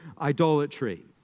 idolatry